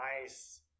nice